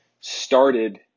started